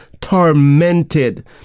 tormented